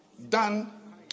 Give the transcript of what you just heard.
Done